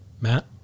Matt